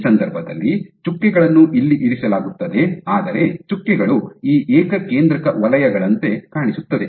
ಈ ಸಂದರ್ಭದಲ್ಲಿ ಚುಕ್ಕೆಗಳನ್ನು ಇಲ್ಲಿ ಇರಿಸಲಾಗುತ್ತದೆ ಆದರೆ ಚುಕ್ಕೆಗಳು ಈ ಏಕಕೇಂದ್ರಕ ವಲಯಗಳಂತೆ ಕಾಣಿಸುತ್ತದೆ